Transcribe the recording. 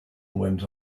went